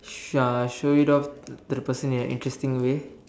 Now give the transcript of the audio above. uh show it off to the person in a interesting way